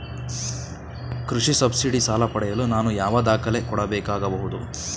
ಕೃಷಿ ಸಬ್ಸಿಡಿ ಸಾಲ ಪಡೆಯಲು ನಾನು ಯಾವ ದಾಖಲೆ ಕೊಡಬೇಕಾಗಬಹುದು?